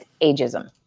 ageism